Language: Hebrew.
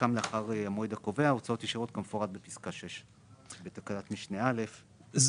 והוקם לאחר המועד הקובע הוצאות ישירות כמפורט בפסקה 6. זה